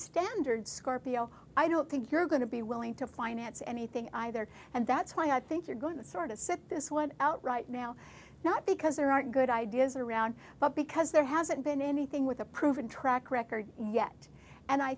standards scorpio i don't think you're going to be willing to finance anything either and that's why i think you're going to sort of sit this one out right now not because there aren't good ideas around but because there hasn't been anything with a proven track record yet and i